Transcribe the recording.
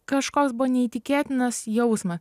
kažkoks buvo neįtikėtinas jausma